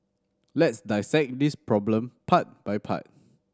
let's dissect this problem part by part